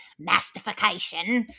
mastification